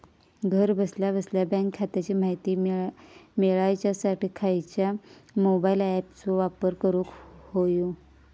घरा बसल्या बसल्या बँक खात्याची माहिती मिळाच्यासाठी खायच्या मोबाईल ॲपाचो वापर करूक होयो?